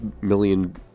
million